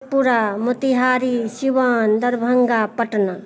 पुरा मोतीहारी सिवान दरभंगा पटना